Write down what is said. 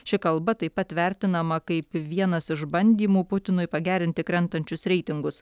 ši kalba taip pat vertinama kaip vienas iš bandymų putinui pagerinti krentančius reitingus